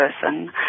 person